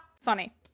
funny